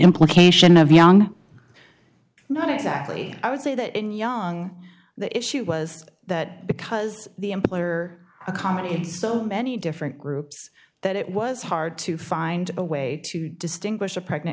implication of young not exactly i would say that in young the issue was that because the employer comment in so many different groups that it was hard to find a way to distinguish a pregnant